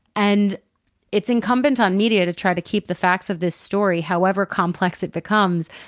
and it's incumbent on media to try to keep the facts of this story, however complex it becomes,